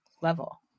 level